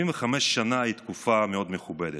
75 שנה הן תקופה מאוד מכובדת,